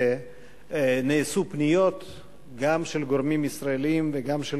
והיו פניות גם של גורמים ישראליים וגם של